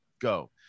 go